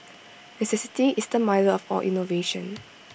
necessity is the mother of all innovation